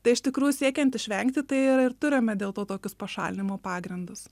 tai iš tikrųjų siekiant išvengti tai yra ir turime dėl to tokius pašalinimo pagrindus